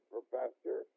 Professor